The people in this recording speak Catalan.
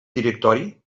directori